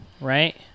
right